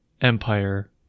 empire